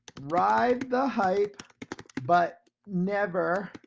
ride the hype but never